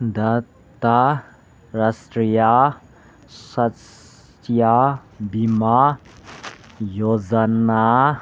data Rashtriya Swasthya Bima Yojana